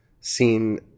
seen